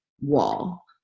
wall